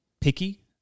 picky